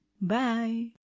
Bye